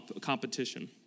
competition